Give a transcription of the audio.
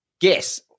guess